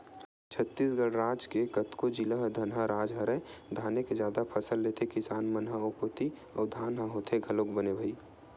छत्तीसगढ़ राज के कतको जिला ह धनहा राज हरय धाने के जादा फसल लेथे किसान मन ह ओ कोती अउ धान ह होथे घलोक बने भई